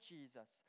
Jesus